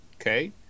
Okay